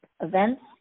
events